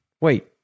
Wait